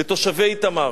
לתושבי איתמר,